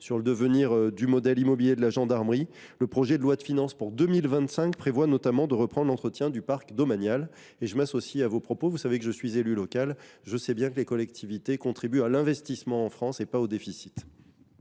sur le devenir du modèle immobilier de la gendarmerie. Le projet de loi de finances pour 2025 prévoit notamment de reprendre l’entretien du parc domanial. Je m’associe enfin à vos propos : en tant qu’élu local, je sais bien qu’en France les collectivités contribuent à l’investissement et non au déficit.